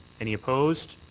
any opposed?